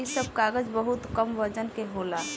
इ सब कागज बहुत कम वजन के होला